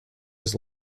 his